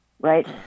right